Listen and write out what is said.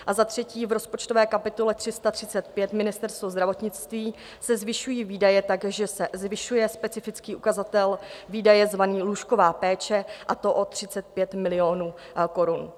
V rozpočtové kapitole 335 Ministerstvo zdravotnictví se zvyšují výdaje tak, že se zvyšuje specifický ukazatel výdaje zvaný Lůžková péče, a to o 35 milionů korun.